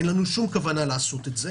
אין לנו שום כוונה לעשות את זה.